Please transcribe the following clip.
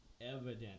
evident